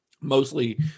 mostly